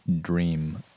dream